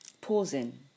pausing